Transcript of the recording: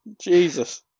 Jesus